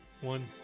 One